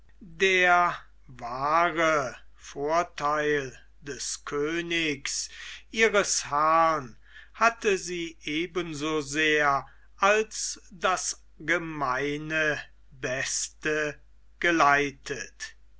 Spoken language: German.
der wahre vortheil des königs ihres herrn hatte sie eben so sehr als das gemeine beste geleitet